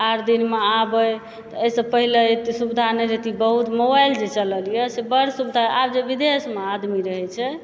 आठ दिनमे आबै तऽ एहिसँ पहिले एते सुविधा नहि रहै बहुत मोबाइल जे चलए लगलैए से बड सुविधा आब जे विदेशमे आदमी रहै छै